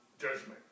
judgment